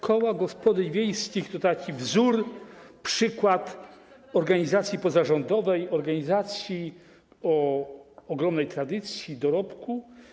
Koła gospodyń wiejskich to taki wzór, przykład organizacji pozarządowej o ogromnej tradycji i dorobku.